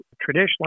traditionally